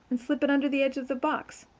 and slip it under the edge of the box.